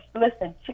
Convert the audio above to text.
listen